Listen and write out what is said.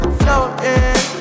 floating